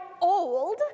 old